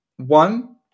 One